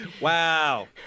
Wow